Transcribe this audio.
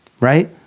right